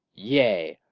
yea,